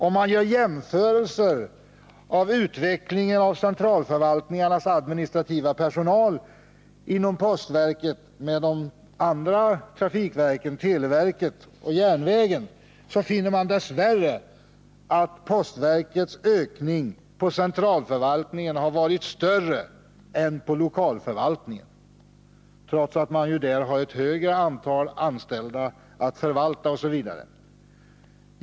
Om man gör jämförelser av utvecklingen av centralförvaltningarnas administrativa personal inom postverket med de andra trafikverken — televerken och järnvägen — finner man dess värre att postverkets ökning på centralförvaltningen varit större än på lokalförvaltningarna, trots att man där har ett större antal anställda.